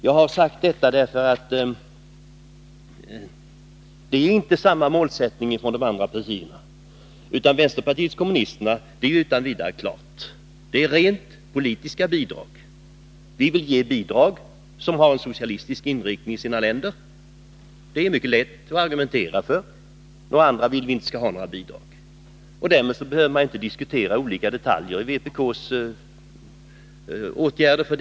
Jag har sagt detta därför att de andra partierna inte har samma målsättning som vi. Vänsterpartiet kommunisternas avsikter är helt klara. Det är fråga om rent politiska bidrag. De vill ge bidrag till socialistiskt inriktade länder. Det är mycket lätt att argumentera för den uppfattningen. Andra länder än socialistiska skall inte ha några bidrag. Därmed behöver man inte diskutera olika detaljer i vpk:s åtgärder.